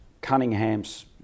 cunningham's